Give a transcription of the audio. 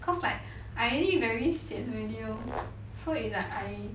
cause like I already very sian already lor so it's like I